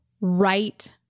right